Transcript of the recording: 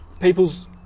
people's